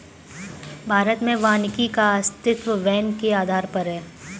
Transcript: भारत में वानिकी का अस्तित्व वैन के आधार पर है